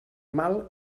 mal